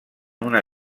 una